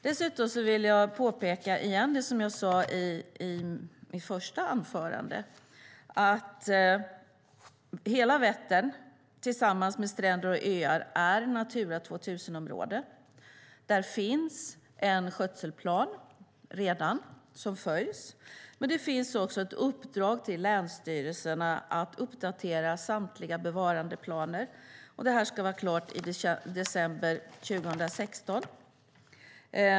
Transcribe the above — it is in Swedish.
Dessutom vill jag åter påpeka det jag sade i mitt första anförande, nämligen att hela Vättern tillsammans med stränder och öar är ett Natura 2000-område. Där finns redan en skötselplan, som följs, men det finns också ett uppdrag till länsstyrelserna att uppdatera samtliga bevarandeplaner. Det ska vara klart i december 2016.